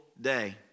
day